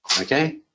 okay